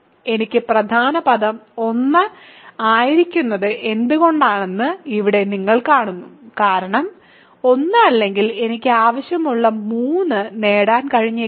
എനിക്ക് പ്രധാന പദം 1 ആയിരിക്കുന്നത് എന്തുകൊണ്ടാണെന്ന് ഇവിടെ നിങ്ങൾ കാണുന്നു കാരണം ഇത് 1 അല്ലെങ്കിൽ എനിക്ക് ആവശ്യമുള്ള 3 നേടാൻ കഴിഞ്ഞേക്കില്ല